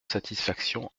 satisfaction